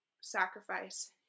sacrifice